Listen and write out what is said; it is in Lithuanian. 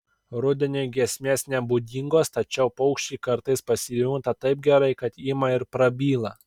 rudeniui giesmės nebūdingos tačiau paukščiai kartais pasijunta taip gerai kad ima ir prabyla